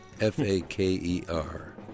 F-A-K-E-R